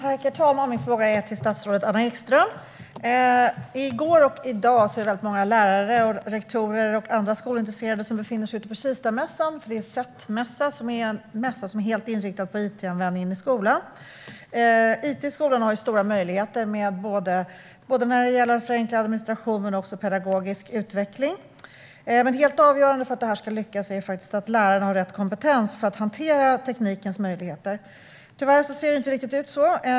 Herr talman! Min fråga är till statsrådet Anna Ekström. I går och i dag är det väldigt många lärare, rektorer och andra skolintresserade som befinner sig ute på Kistamässan. Det är SETT-mässa, som är en mässa som är helt inriktad på it-användningen i skolan. It i skolan har stora möjligheter när det gäller både förenklad administration och pedagogisk utveckling. Helt avgörande för att det ska lyckas är att lärarna har rätt kompetens för att hantera teknikens möjligheter. Tyvärr ser det inte riktigt ut så.